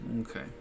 Okay